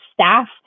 staff